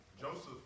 Joseph